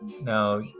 now